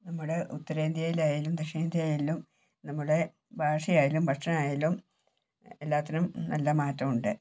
നമ്മുടെ ഉത്തരേന്ത്യയിലായാലും ദക്ഷിണേന്ത്യയായാലും നമ്മുടെ ഭാഷയായാലും ഭക്ഷണം ആയാലും എല്ലാത്തിനും നല്ല മാറ്റമുണ്ട്